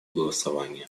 голосования